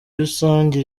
rusange